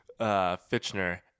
Fitchner